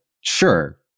sure